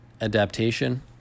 adaptation